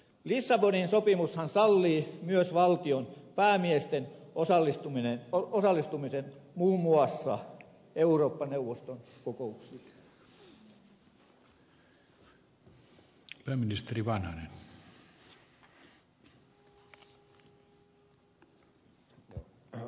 lissabonin sopimushan sallii myös valtionpäämiesten osallistumisen muun muassa eurooppa neuvoston kokouksiin